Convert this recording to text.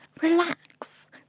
relax